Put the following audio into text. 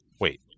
Wait